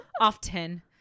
often